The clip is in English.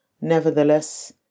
Nevertheless